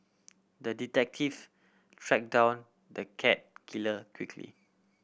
the detective track down the cat killer quickly